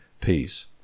peace